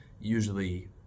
usually